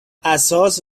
اساس